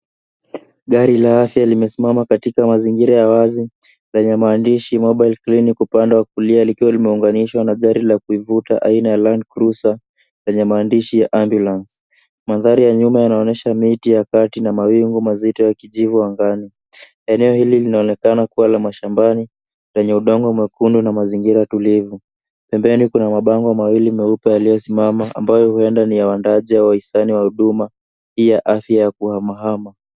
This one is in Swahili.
Gari la afya limesimama katika mazingira ya wazi yenye maandishi[csMobile Clinic upande wa kulia; likiwa limeunganishwa na gari la kuivuta aina ya Land Cruiser lenye maandishi ya Ambulance . Mandhari ya nyuma yanaonyesha miti ya kati na mawingu mazito ya kijivu angani. Eneo hili linaonekana kuwa la mashambani lenye udongo mwekundu na mazingira tulivu. Pembeni kuna mabango mawili meupe yaliyosimama, ambayo huenda ni ya waandaaji au wahisani wa huduma hii ya afya ya kuhamahama.